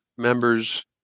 Members